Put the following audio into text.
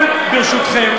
אבל ברשותכם,